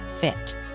fit